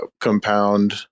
compound